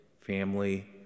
family